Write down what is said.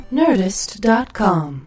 nerdist.com